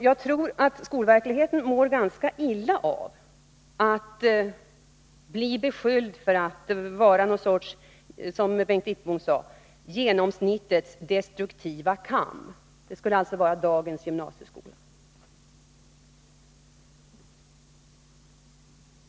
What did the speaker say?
Jag tror att skolverkligheten mår ganska illa av att bli beskylld för att vara någon sorts, som Bengt Wittbom sade, genomsnittets destruktiva kam. Det skulle alltså vara dagens gymnasieskola.